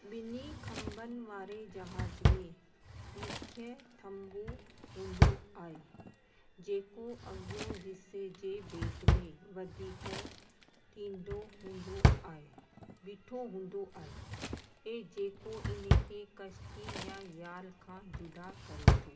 ॿिनि थंभनि वारे जहाज में मुख्य थंभु हूंदो आहे जेको अॻियों हिस्से जे भेट में वधीक थींदो हूंदो आहे ॿिठो हूंदो आहे ऐं जेको इनखे कश्ती या याल खां जुदा करे थो